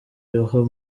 roho